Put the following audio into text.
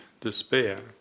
despair